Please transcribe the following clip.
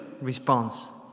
response